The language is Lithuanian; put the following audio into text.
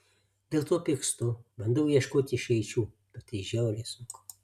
dėl to pykstu bandau ieškoti išeičių bet tai žiauriai sunku